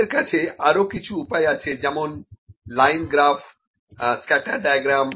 আমাদের কাছে আরো কিছু উপায় আছে যেমন লাইন গ্রাফ স্ক্যাটার ডায়াগ্রাম